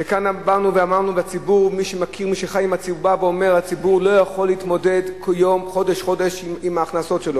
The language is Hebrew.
כאן באנו ואמרנו שהציבור לא יכול להתמודד חודש-חודש עם ההכנסות שלו.